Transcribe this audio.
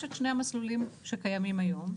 יש את שני המסלולים הקיימים היום.